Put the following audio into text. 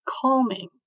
calming